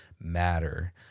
matter